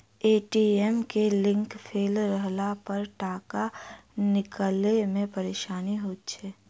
ATM के link fail रहलापर टाका निकालै मे परेशानी होइत छै